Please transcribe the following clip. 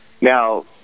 now